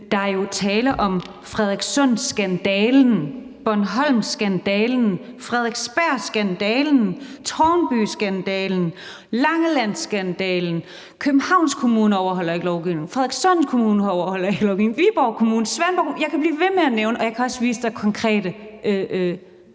der er jo tale om Frederikssundskandalen, Bornholmskandalen, Frederiksbergskandalen, Tårnbyskandalen, Langelandskandalen. Københavns Kommune overholder ikke lovgivningen, Frederikssund Kommune overholder ikke lovgivning, og det samme gælder Viborg Kommune, Svendborg Kommune, og jeg kan blive ved med at nævne flere. Jeg kan også vise eksempler